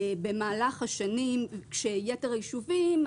לגבי יתר היישובים,